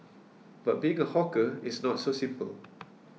but being a hawker it's not so simple